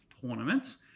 tournaments